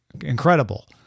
Incredible